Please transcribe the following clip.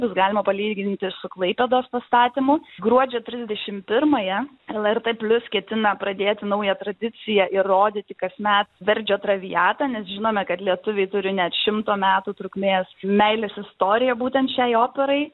bus galima palyginti su klaipėdos pastatymu gruodžio trisdešim pirmąją lrt plius ketina pradėti naują tradiciją ir rodyti kasmet verdžio traviatą nes žinome kad lietuviai turi net šimto metų trukmės meilės istoriją būtent šiai operai